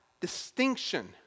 distinction